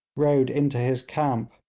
rode into his camp.